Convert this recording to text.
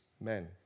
men